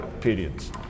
periods